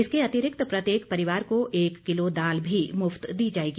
इसके अतिरिक्त प्रत्येक परिवार को एक किलो दाल भी मुफ्त दी जाएगी